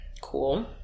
Cool